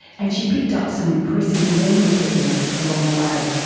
and she picked up some impressive memory techniques along the way.